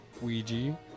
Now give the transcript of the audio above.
Ouija